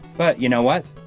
but you know what?